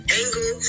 angle